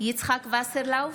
יצחק שמעון וסרלאוף,